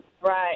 Right